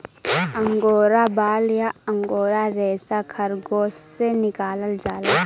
angora बाल या angora रेसा खरगोस से निकालल जाला